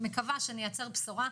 ומקווה שנייצר בשורה.